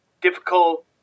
difficult